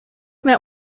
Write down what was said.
met